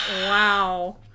wow